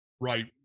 Right